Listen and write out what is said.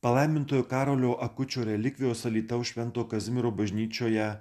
palaimintojo karolio akučio relikvijos alytaus švento kazimiero bažnyčioje